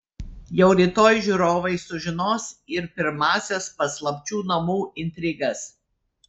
jau rytoj žiūrovai sužinos ir pirmąsias paslapčių namų intrigas